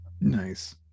nice